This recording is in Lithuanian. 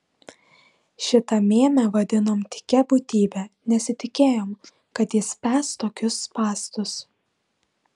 šitą mėmę vadinom tykia būtybe nesitikėjom kad jis spęs tokius spąstus